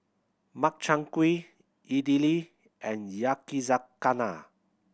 Makchang Gui Idili and Yakizakana